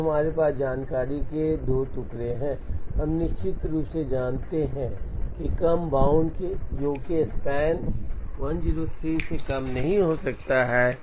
अब हमारे पास जानकारी के 2 टुकड़े हैं हम निश्चित रूप से जानते हैं कम बाउंड जो कि स्पैन स्पैन 103 से कम नहीं हो सकता है